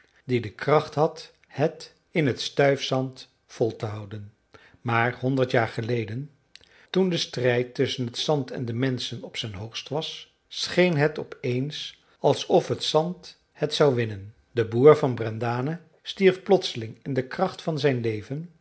die de kracht had het in het stuifzand vol te houden maar honderd jaar geleden toen de strijd tusschen het zand en de menschen op zijn hoogst was scheen het op eens alsof het zand het zou winnen de boer van brendane stierf plotseling in de kracht van zijn leven